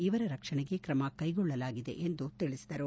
ಇವರ ರಕ್ಷಣೆಗೆ ತ್ರಮ ಕೈಗೊಳ್ಳಲಾಗಿದೆ ಎಂದು ತಿಳಿಸಿದರು